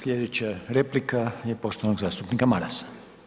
Slijedeća replika je poštovanog zastupnika Marasa.